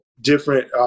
different –